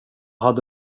hade